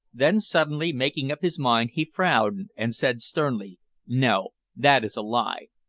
then suddenly making up his mind, he frowned and said sternly no that is a lie.